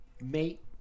mate